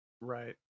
Right